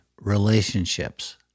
relationships